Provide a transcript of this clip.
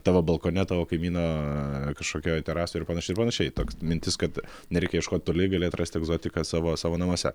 tavo balkone tavo kaimyno kažkokioj terasoj ir panašiai ir panašiai toks mintis kad nereikia ieškot toli gali atrasti egzotiką savo savo namuose